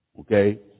okay